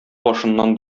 башыннан